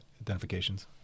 identifications